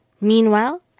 Meanwhile